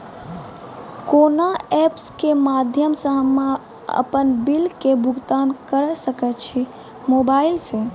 कोना ऐप्स के माध्यम से हम्मे अपन बिल के भुगतान करऽ सके छी मोबाइल से?